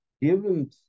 given